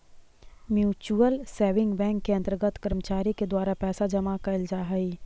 mutual saving bank के अंतर्गत कर्मचारी के द्वारा पैसा जमा कैल जा हइ